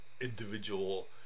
individual